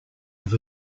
have